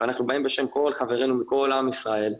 ואנחנו באים בשם כל חברינו מכל עם ישראל,